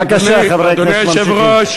בבקשה, חברי